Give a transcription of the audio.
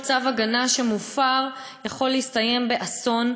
כל צו הגנה שמופר יכול להסתיים באסון,